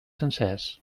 sencers